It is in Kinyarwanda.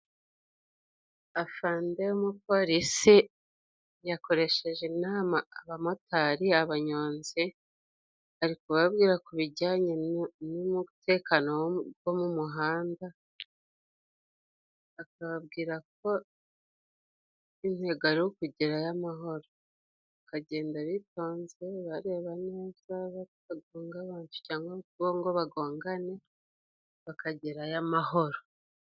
Afande w'umupolisi yakoresheje inama abamotari, abanyonzi, ari kubabwira ku bijyanye n'umutekano wo mu muhanda, akababwira ko intego ari ukugerayo amahoro. Bakagenda bitonze, bareba neza, batagonga abantu cyangwa ngo bo bagongane bakagera yo amahoro.